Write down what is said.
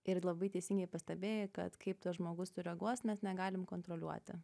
ir labai teisingai pastebėjai kad kaip tas žmogus sureaguos mes negalim kontroliuoti